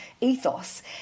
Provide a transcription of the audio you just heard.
ethos